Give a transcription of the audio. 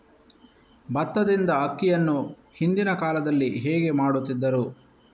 ಭತ್ತದಿಂದ ಅಕ್ಕಿಯನ್ನು ಹಿಂದಿನ ಕಾಲದಲ್ಲಿ ಹೇಗೆ ಮಾಡುತಿದ್ದರು?